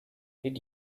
did